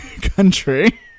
country